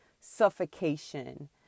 suffocation